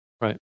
right